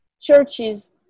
churches